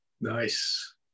nice